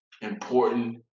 important